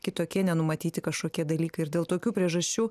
kitokie nenumatyti kažkokie dalykai ir dėl tokių priežasčių